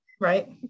right